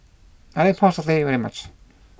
I like Pork Satay very much